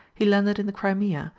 he landed in the crimea,